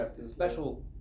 special